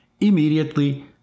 Immediately